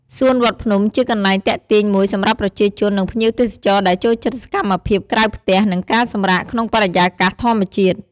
សួនវត្តភ្នំជាកន្លែងទាក់ទាញមួយសម្រាប់ប្រជាជន និងភ្ញៀវទេសចរដែលចូលចិត្តសកម្មភាពក្រៅផ្ទះ និងការសម្រាកក្នុងបរិយាកាសធម្មជាតិ។